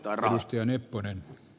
arvoisa puhemies